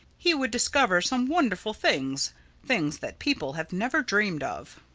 he would discover some wonderful things things that people have never dreamed of.